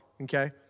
okay